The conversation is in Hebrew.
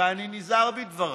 ואני נזהר בדבריי,